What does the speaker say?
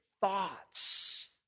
thoughts